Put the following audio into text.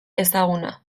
ezaguna